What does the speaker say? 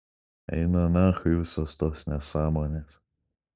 eina nachui visos tos nesąmonės